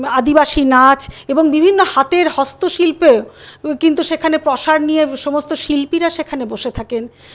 আদিবাসী নাচ এবং বিভিন্ন হাতের হস্ত শিল্প কিন্তু সেখানে পসার নিয়ে সমস্ত শিল্পীরা সেখানে বসে থাকেন